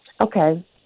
Okay